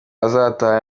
azataha